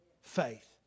faith